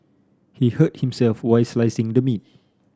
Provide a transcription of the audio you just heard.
he hurt himself while slicing the meat